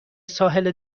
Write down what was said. ساحل